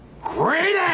great